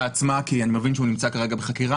עצמה כי אני מבין שהוא נמצא כרגע בחקירה.